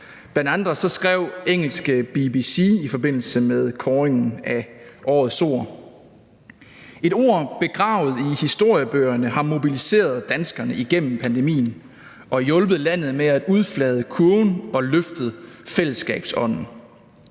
Bl.a. skrev engelske BBC i forbindelse med kåringen af årets ord: Et ord begravet i historiebøgerne har mobiliseret danskerne igennem pandemien og hjulpet landet med at udflade kurven og løfte fællesskabsånden.